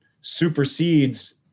supersedes